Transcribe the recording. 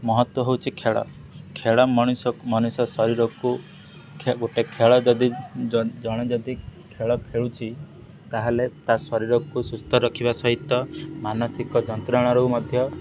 ମହତ୍ତ୍ୱ ହେଉଛି ଖେଳ ଖେଳ ମଣିଷ ମଣିଷ ଶରୀରକୁ ଗୋଟିଏ ଖେଳ ଯଦି ଜଣେ ଯଦି ଖେଳ ଖେଳୁଛି ତାହେଲେ ତା' ଶରୀରକୁ ସୁସ୍ଥ ରଖିବା ସହିତ ମାନସିକ ଯନ୍ତ୍ରଣାରୁ ମଧ୍ୟ